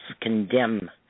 condemn